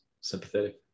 sympathetic